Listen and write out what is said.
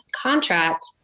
contract